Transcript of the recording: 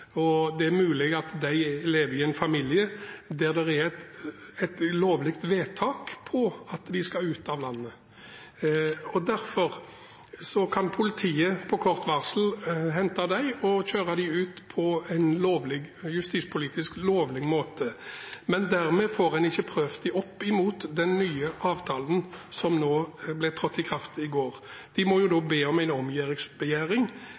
og det er mulig at de lever i en familie der det er et lovlig vedtak om at de skal ut av landet. Derfor kan politiet på kort varsel hente dem og kjøre dem ut på en justispolitisk lovlig måte, men dermed får en ikke prøvd deres sak opp mot den nye avtalen som trådte i kraft i går. De må da be om en omgjøringsbegjæring, og vi vet jo